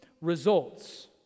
results